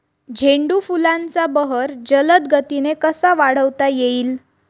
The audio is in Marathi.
झेंडू फुलांचा बहर जलद गतीने कसा वाढवता येईल?